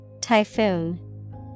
Typhoon